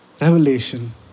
revelation